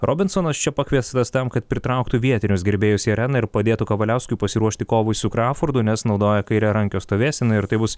robinsonas čia pakviestas tam kad pritrauktų vietinius gerbėjus į areną ir padėtų kavaliauskui pasiruošti kovai su kraufordu nes naudoja kairiarankio stovėseną ir tai bus